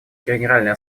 генеральной